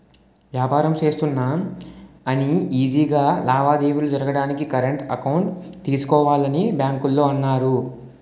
వ్యాపారం చేస్తున్నా అని ఈజీ గా లావాదేవీలు జరగడానికి కరెంట్ అకౌంట్ తీసుకోవాలని బాంకోల్లు అన్నారు